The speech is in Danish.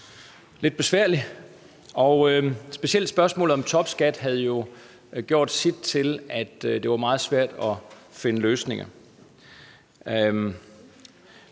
lidt besværlig, og specielt spørgsmålet om topskatten gjorde jo sit til, at det var meget svært at finde løsninger.